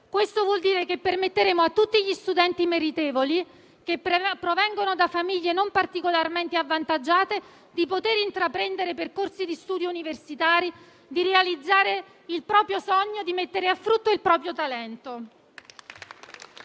Questo vuol dire che permetteremo a tutti gli studenti meritevoli che provengono da famiglie non particolarmente avvantaggiate di poter intraprendere percorsi di studi universitari, di realizzare il proprio sogno, di mettere a frutto il proprio talento.